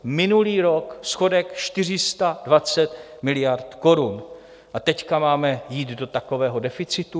Minulý rok schodek 420 miliard korun, a teď máme jít do takového deficitu?